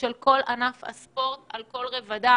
ושל כל ענף הספורט על כל רבדיו,